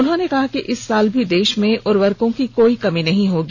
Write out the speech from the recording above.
उन्होंने कहा कि इस साल भी देश में उर्वरकों की कोई कमी नहीं होगी